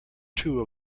two